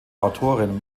autorin